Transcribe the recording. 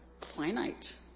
finite